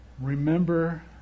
remember